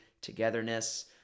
togetherness